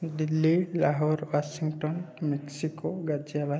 Delhi Lahore Washington Mexico Ghaziabad